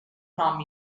nom